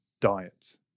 diet